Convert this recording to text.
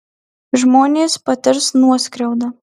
žmonės patirs nuoskriaudą